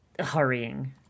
hurrying